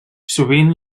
sovint